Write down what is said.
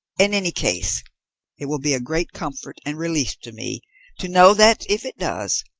in any case it will be a great comfort and relief to me to know that, if it does,